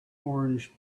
orange